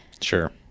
Sure